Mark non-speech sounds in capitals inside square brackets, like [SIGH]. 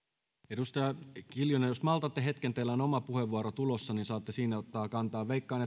edustaja kiljunen jos maltatte hetken teillä on oma puheenvuoro tulossa niin saatte siinä ottaa kantaa veikkaan [UNINTELLIGIBLE]